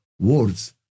words